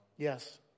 Yes